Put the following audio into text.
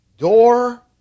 door